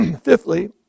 Fifthly